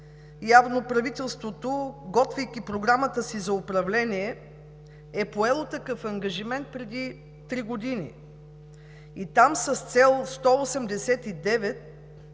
Явно правителството, готвейки Програмата си за управление, е поело такъв ангажимент преди три години с Цел 189